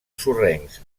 sorrencs